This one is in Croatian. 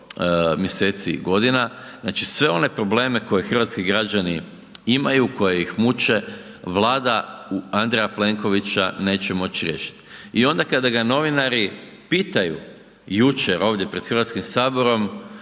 mjeseci i godina, znači, sve one probleme koje hrvatski građani imaju, koji ih muče, Vlada Andreja Plenkovića neće moć riješit. I onda kada ga novinari pitaju jučer ovdje pred HS kako